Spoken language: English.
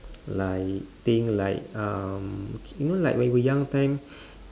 like think like um okay you know when we young time